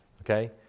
Okay